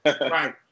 Right